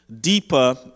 deeper